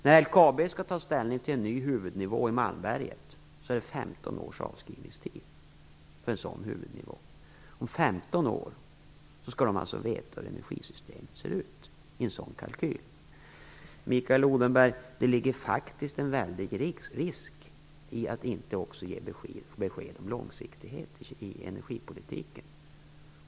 När LKAB skall ta ställning till en ny huvudnivå i Malmberget är avskrivningstiden 15 år. Under 15 år framåt skall man i sin kalkyl alltså veta hur energisystemet kommer att se ut. Mikael Odenberg, det ligger faktiskt en väldigt stor risk i att inte ge besked om långsiktighet i energipolitiken.